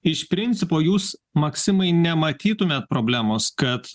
iš principo jūs maksimai nematytumėt problemos kad